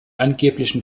angeblichen